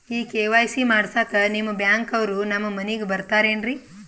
ಈ ಕೆ.ವೈ.ಸಿ ಮಾಡಸಕ್ಕ ನಿಮ ಬ್ಯಾಂಕ ಅವ್ರು ನಮ್ ಮನಿಗ ಬರತಾರೆನ್ರಿ?